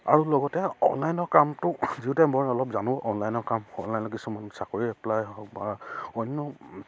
আৰু লগতে অনলাইনৰ কামটো যিহেতু মই অলপ জানো অনলাইনৰ কাম অনলাইনৰ কিছুমান চাকৰি এপ্লাই হওক বা অন্য